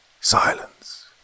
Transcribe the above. silence